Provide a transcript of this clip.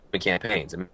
campaigns